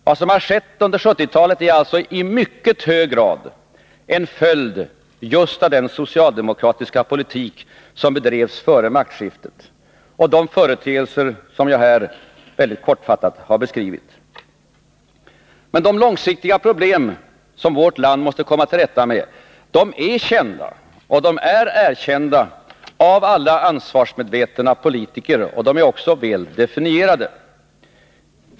Vad som har skett under 1970-talet är alltså i mycket hög grad en följd av den socialdemokratiska politik som bedrevs före maktskiftet och de företeelser som jag här kortfattat har beskrivit. Men de långsiktiga problem som vårt land måste komma till rätta med är kända och erkända av alla ansvarsmedvetna politiker, och de är väl definierade.